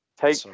take